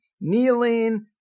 kneeling